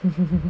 mmhmm